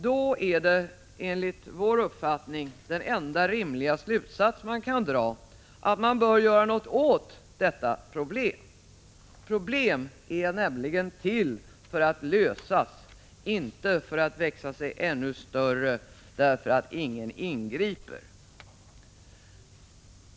Då är enligt vår uppfattning den enda rimliga slutsats man kan dra att man bör göra något åt det. Problem är nämligen till för att lösas, inte för att växa sig ännu större därför att ingen ingriper.